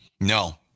No